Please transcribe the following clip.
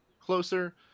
closer